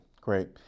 great